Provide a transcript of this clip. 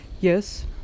Yes